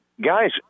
guys